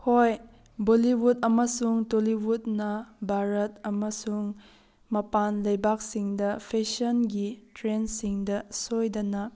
ꯍꯣꯏ ꯕꯣꯂꯤꯋꯨꯗ ꯑꯃꯁꯨꯡ ꯇꯣꯂꯤꯋꯨꯗꯅ ꯚꯥꯔꯠ ꯑꯃꯁꯨꯡ ꯃꯄꯥꯟ ꯂꯩꯕꯥꯛꯁꯤꯡꯗ ꯐꯦꯁꯟꯒꯤ ꯇ꯭ꯔꯦꯟꯗꯁꯤꯡꯗ ꯁꯣꯏꯗꯅ